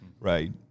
right